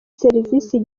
serivisi